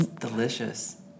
Delicious